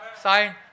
sign